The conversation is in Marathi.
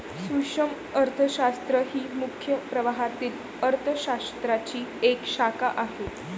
सूक्ष्म अर्थशास्त्र ही मुख्य प्रवाहातील अर्थ शास्त्राची एक शाखा आहे